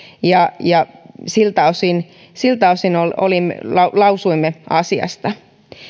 ja ja siltä osin siltä osin lausuimme asiasta